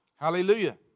Hallelujah